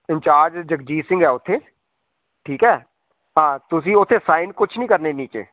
incharge Jagjit Singh ਹੈ ਉੱਥੇ ਠੀਕ ਹੈ ਹਾਂ ਤੁਸੀਂ ਉੱਥੇ ਸਾਈਨ ਕੁਛ ਨਹੀਂ ਕਰਨੇ ਨੀਚੇ